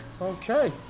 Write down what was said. Okay